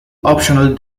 optional